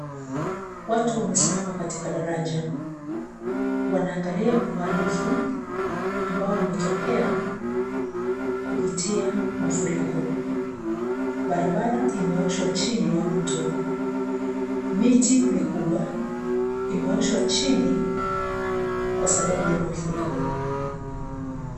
Watu wamesimama katika daraja, wanaangalia uhalifu ambao kumetokea kupitia mafuriko. Barabara imeoshwa chini ya mto, miti mikubwa, imeoshwa chini kwa sababu ya mafuriko.